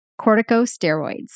Corticosteroids